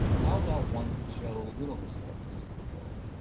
how about ones that show a little historical sensibility?